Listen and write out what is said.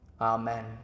amen